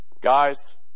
Guys